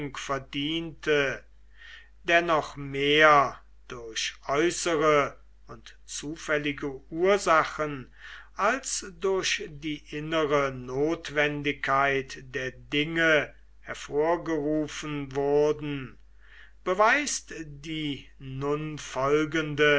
verdiente dennoch mehr durch äußere und zufällige ursachen als durch die innere notwendigkeit der dinge hervorgerufen wurden beweist die nun